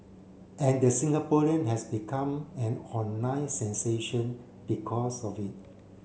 and the Singaporean has become an online sensation because of it